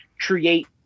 create